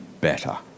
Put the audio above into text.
better